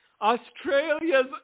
Australia's